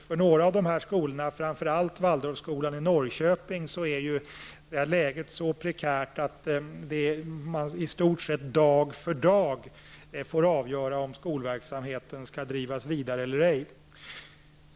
För några av dessa skolor, framför allt Waldorfskolan i Norrköping, är läget så prekärt att man i stort sett dag för dag får avgöra om skolverksamheten skall drivas vidare eller ej.